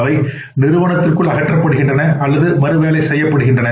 அவை நிறுவனத்திற்குள் அகற்றப்படுகின்றன அல்லது மறுவேலை செய்யப்படுகின்றன